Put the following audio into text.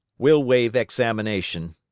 we'll waive examination,